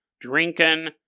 drinking